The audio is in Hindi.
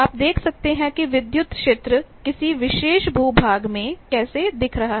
आप देख सकते हैं कि विद्युत क्षेत्र किसी विशेष भूभाग में कैसे दिख रहा है